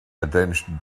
attention